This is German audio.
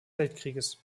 weltkrieges